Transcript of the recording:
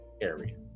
area